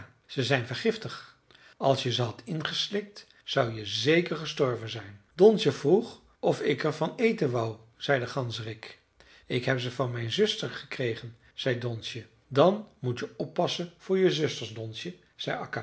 ze zijn vergiftig als je ze had ingeslikt zou je zeker gestorven zijn donsje vroeg me of ik er van eten wou zei de ganzerik ik heb ze van mijn zuster gekregen zei donsje dan moet je oppassen voor je zusters donsje zei